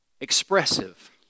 expressive